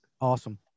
Awesome